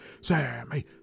Sammy